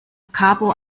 capo